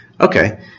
Okay